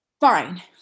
fine